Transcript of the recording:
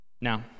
Now